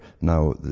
now